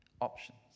options